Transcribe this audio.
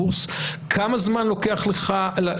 כמה זמן לוקח לך לפתוח קורס,